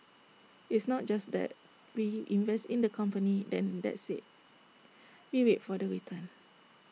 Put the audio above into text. it's not just that we invest in the company then that's IT we wait for the return